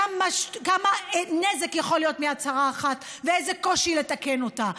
כמה נזק יכול להיות מהצהרה אחת ואיזה קושי לתקן אותה.